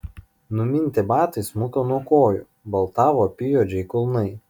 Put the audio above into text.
numinti batai smuko nuo kojų baltavo apyjuodžiai kulnai